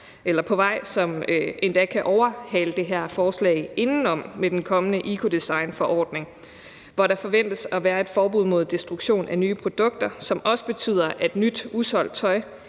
på vej, som endda kan overhale det her forslag indenom, med den kommende ecodesignforordning, hvor der forventes at være et forbud mod destruktion af nye produkter, hvilket også betyder, at nyt, usolgt tøj